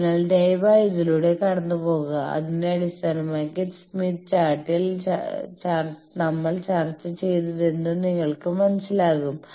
അതിനാൽ ദയവായി ഇതിലൂടെ കടന്നുപോകുക അതിനെ അടിസ്ഥാനമാക്കി സ്മിത്ത് ചാർട്ടിൽ നമ്മൾ ചർച്ച ചെയ്തതെന്തും നിങ്ങൾക്ക് മനസ്സിലാകും